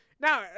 Now